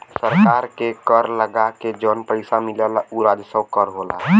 सरकार के कर लगा के जौन पइसा मिलला उ राजस्व कर होला